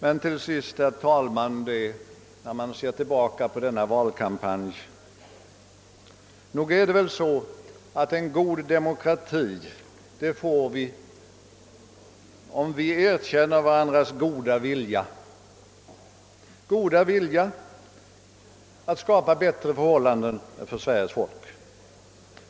Sedan vill jag, herr talman, när jag ser tillbaka på valkampanjen, säga att en god demokrati får vi lättare om vi erkänner varandras goda vilja, goda vilja att skapa bättre förhållanden för Sveriges folk.